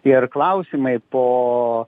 ir klausimai po